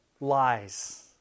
lies